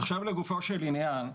עכשיו לגופו של עניין.